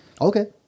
Okay